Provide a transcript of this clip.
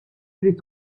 trid